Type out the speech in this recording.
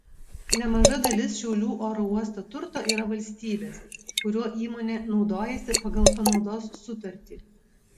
nemaža dalis šiaulių oro uosto turto yra valstybės kuriuo įmonė naudojasi pagal panaudos sutartį